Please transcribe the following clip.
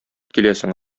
киләсең